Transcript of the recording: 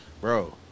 Bro